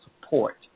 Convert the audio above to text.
support